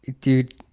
dude